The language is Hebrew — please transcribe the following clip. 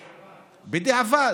בדיעבד.